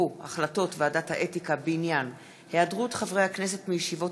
ועדת האתיקה בעניין היעדרות חברי הכנסת מישיבות